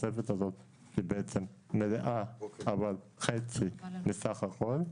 התוספת הזאת היא בעצם מלאה אבל חצי מסך הכול,